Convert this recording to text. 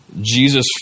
Jesus